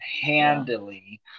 handily